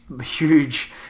huge